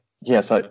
yes